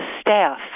staff